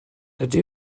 ydy